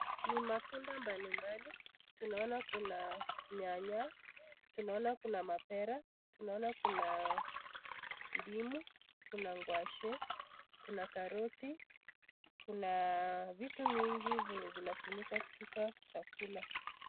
Ni matunda mbali mbali. Tunaona kuna nyanya, tunaona kuna mapera, tunaona kuna ndimu, kuna ngwashe , kuna karoti. Kuna vitu vingi vyenye vinatumika kupika chakula.